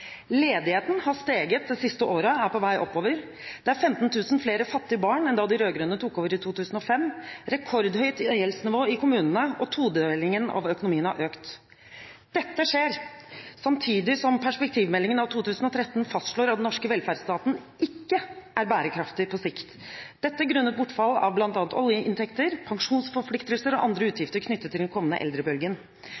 Ledigheten har steget det siste året og er på vei oppover. Det er 15 000 flere fattige barn enn da de rød-grønne tok over i 2005. Det er rekordhøyt gjeldsnivå i kommunene. Todelingen av økonomien har økt. Dette skjer samtidig som perspektivmeldingen av 2013 fastslår at den norske velferdsstaten ikke er bærekraftig på sikt – dette grunnet bortfall av bl.a. oljeinntekter, pensjonsforpliktelser og andre